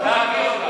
תחזירו עטרה ליושנה.